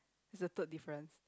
is the third difference